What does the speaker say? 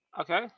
okay